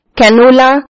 Canola